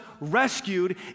rescued